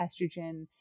estrogen